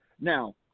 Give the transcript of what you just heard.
Now